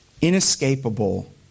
inescapable